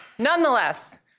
Nonetheless